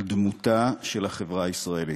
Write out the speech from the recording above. של החברה הישראלית,